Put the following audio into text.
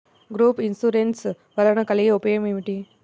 Group insurance వలన కలిగే ఉపయోగమేమిటీ?